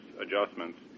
adjustments